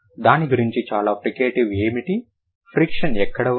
దాని గురించి చాలా ఫ్రికేటివ్ ఏమిటి ఫ్రిక్షన్ ఎక్కడ ఉంది